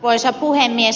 arvoisa puhemies